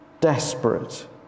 Desperate